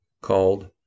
called